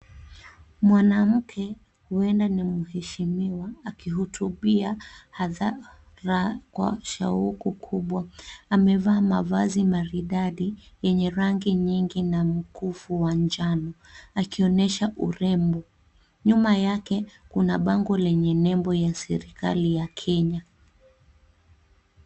Mwanamke, huenda ni mheshimiwa akihutubia hadhara kwa shauku kubwa, amevaa mavazi maridadi yenye rangi nyingi na mkufu ya njano, akionyesha urembo. Nyuma yake, kuna bango lenye nembo ya serikali ya Kenya.